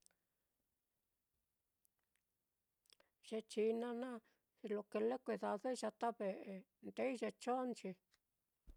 Te china naá lo kile kuedadoi yata ve'e, ndeei ye chonnchi.